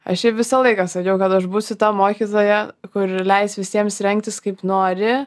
aš šiaip visą laiką sakiau kad aš būsiu ta mokytoja kuri leis visiems rengtis kaip nori